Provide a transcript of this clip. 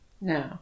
No